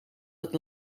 het